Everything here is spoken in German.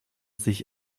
sich